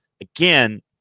again